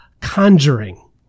conjuring